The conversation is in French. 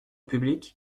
public